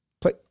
Play